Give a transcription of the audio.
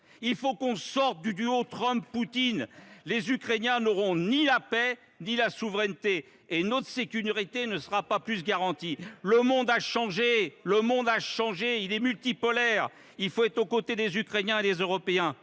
Il faut sortir du duo Trump Poutine ! Les Ukrainiens n’auront ni la paix ni la souveraineté et notre sécurité ne sera pas plus garantie. Le monde a changé, il est multipolaire. Il faut être aux côtés des Ukrainiens et des Européens